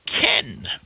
Ken